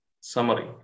summary